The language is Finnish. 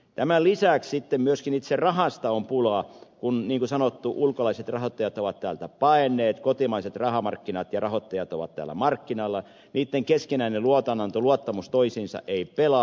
tämän lisäksi sitten myöskin itse rahasta on pulaa kun niin kuin sanottu ulkolaiset rahoittajat ovat täältä paenneet kotimaiset rahamarkkinat ja rahoittajat ovat täällä markkinoilla mutta niitten keskinäinen luotonanto luottamus toisiinsa ei pelaa